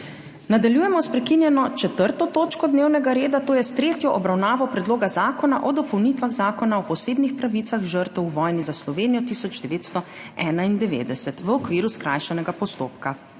Nadaljujemo s prekinjeno 4. točko dnevnega reda, to je s tretjo obravnavo Predloga zakona o dopolnitvah Zakona o posebnih pravicah žrtev v vojni za Slovenijo 1991 v okviru skrajšanega postopka.